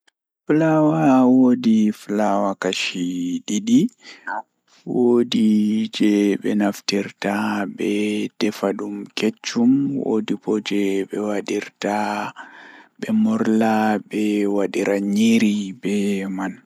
Ko ɗum waawugol, kono fota neɗɗo waɗataa njiddungol e personal happiness kadi, sabu ɗuum woodani semmbugol ɗi njamɗi. So a heɓi fota ngal, ɗuum njogitaa wonde kadi njarɗe, e jammaaji wattan. njogorde e jamii ko njaŋnguɗi ko naatude e jam, so no a waawi ndarugol e ɓamɗe heɓde hokkataaji ɗum.